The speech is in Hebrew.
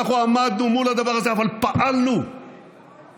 אנחנו עמדנו מול הדבר הזה, אבל פעלנו, למדנו,